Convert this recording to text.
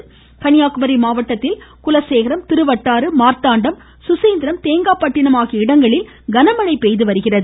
கன்னியாகுமரி மழை கன்னியாகுமரி மாவட்டத்தில் குலசேகரம் திருவட்டாறு மார்த்தாண்டம் சுசீந்திரம் தேங்காய்பட்டிணம் ஆகிய இடங்களில் கனமழை பெய்து வருகிறது